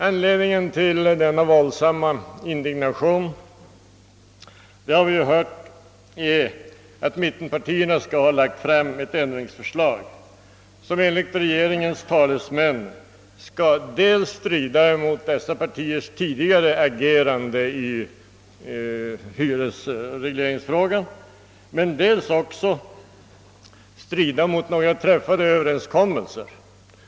Anledningen till denna våldsamma indignation lär vara att mittenpartierna skulle ha lagt fram ett ändringsförslag, som enligt regeringens talesmän skulle ha stridit dels mot dessa partiers tidigare agerande i hyresregleringsfrågan, dels mot några träffade överenskommelser.